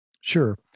Sure